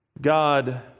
God